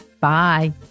Bye